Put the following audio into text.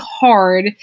hard